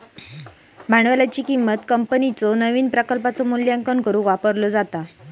भांडवलाची किंमत कंपनीच्यो नवीन प्रकल्पांचो मूल्यांकन करुक वापरला जाता